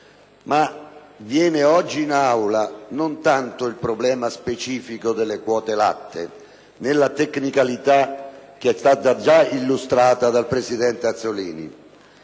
dell'Aula, non tanto il problema specifico delle quote latte, nella tecnicalità che è già stata illustrata dal presidente Azzollini,